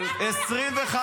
אבל --- כמה הוא יכול להסית?